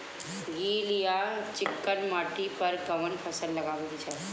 गील या चिकन माटी पर कउन फसल लगावे के चाही?